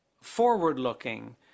forward-looking